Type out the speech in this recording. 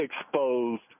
exposed